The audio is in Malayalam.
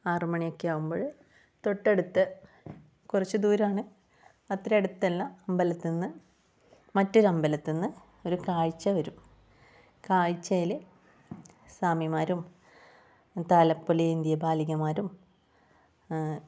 ആറുമണി ഒക്കെ ആകുമ്പോൾ തൊട്ടടുത്ത കുറച്ചു ദൂരമാണ് അത്ര അടുത്തല്ല അമ്പലത്തിൽ നിന്ന് മറ്റൊരു അമ്പലത്തിന്ന് ഒരു കാഴ്ച വരും കാഴ്ചയിലെ സ്വാമിമാരും താലപ്പൊലി ഏന്തിയ ബാലികമാരും